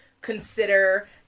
consider